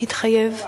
התחייב בגופו.